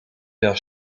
der